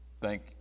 Thank